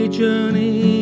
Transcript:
journey